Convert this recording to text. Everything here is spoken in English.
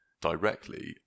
directly